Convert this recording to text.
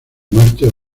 muertes